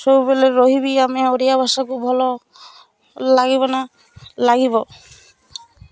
ସବୁବେଲେ ରହିବି ଆମେ ଓଡ଼ିଆ ଭାଷାକୁ ଭଲ ଲାଗିବ ନା ଲାଗିବ